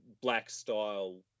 black-style